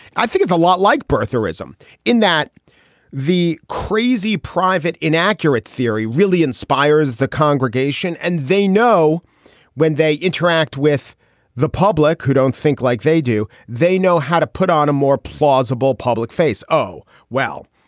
i think it's a lot like birtherism in that the crazy private innacurate theory really inspires the congregation and they know when they interact with the public who don't think like they do. they know how to put on a more plausible public face. oh well,